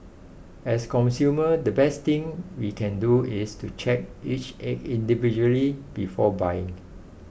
as consumers the best thing we can do is to check each egg individually before buying